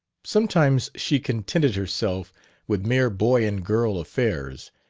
sometimes she contented herself with mere boy-and-girl affairs,